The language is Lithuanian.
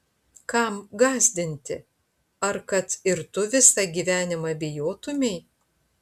kam gąsdinti ar kad ir tu visą gyvenimą bijotumei